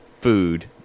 food